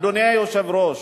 אדוני היושב-ראש,